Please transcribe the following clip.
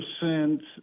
percent